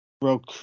broke